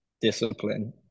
discipline